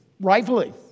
rightfully